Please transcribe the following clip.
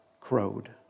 crowed